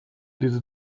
diese